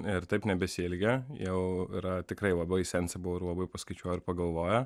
ir taip nebesielgia jau yra tikrai labai sensi buvo ir labai paskaičiuoja ir pagalvoja